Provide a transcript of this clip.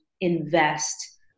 invest